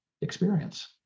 experience